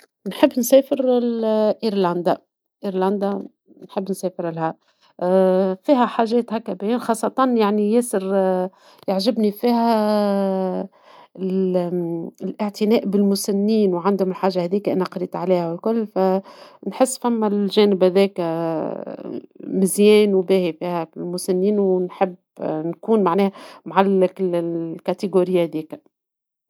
نحب نسافر لايرلندا ، ايرلندا نحب نسافرلها ، فيها حاجات هكا باهيين خاصة يعني ياسر يعجبني فيها الاعتناء بالمسلمين ،وعندهم الحاجة هذيكا أنا قريت عليها الكل ، فنحس فما الجانب هذاكا مزيان وباهي فيها المسلمين ، ونحب نكون مع الفئة هذيكا.